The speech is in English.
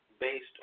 based